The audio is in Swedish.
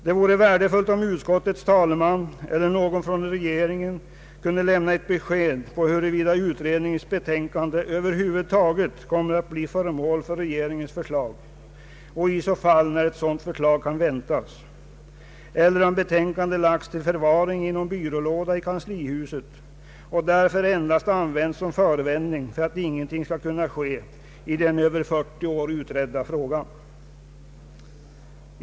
Det vore värdefullt om utskottets talesman eller någon från regeringen kunde lämna ett besked om huruvida utredningens betänkande över huvud taget kommer att bli föremål för regeringens förslag och i så fall när sådant förslag kan väntas eller om betänkandet lagts till förvaring i någon byrålåda i Kanslihuset och därför endast används som förevändning för att ingenting skall kunna ske i den över 40 år utredda frågan.